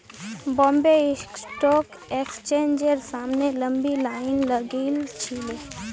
Bombay stock एक्सचेंजेर सामने लंबी लाइन लागिल छिले